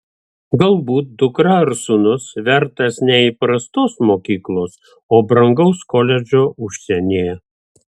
galbūt dukra ar sūnus vertas ne įprastos mokyklos o brangaus koledžo užsienyje